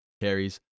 carries